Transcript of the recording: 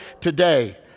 today